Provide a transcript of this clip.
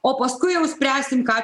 o paskui jau spręsim ką